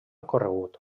corregut